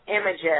images